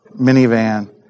minivan